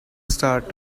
start